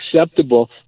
acceptable